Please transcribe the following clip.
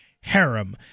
harem